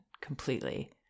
completely